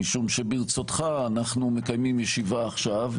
משום שברצותך אנחנו מקיימים ישיבה עכשיו,